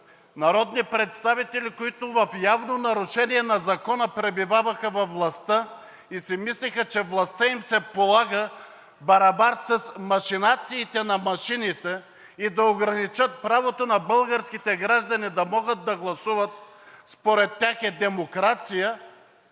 народни представители, които в явно нарушение на закона пребиваваха във властта и си мислеха, че властта им се полага барабар с машинациите на машините, да ограничават правото на българските граждани да могат да гласуват и според тях това е демокрация,